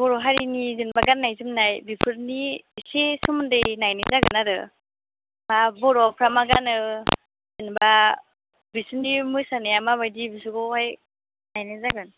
बर' हारिनि जेन'बा गाननाय जोमनाय बेफोरनि एसे सोमोन्दै नायनाय नायगोन आरो हा बर'फ्रा मा गानो जेन'बा बिसोरनि मोसानाया माबायदि बिसोरखौहाय नायनाय जागोन